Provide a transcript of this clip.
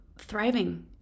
thriving